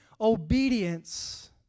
obedience